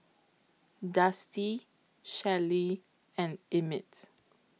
Dusty Shelly and Emmit